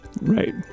Right